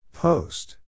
Post